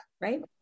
Right